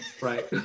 right